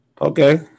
Okay